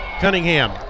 Cunningham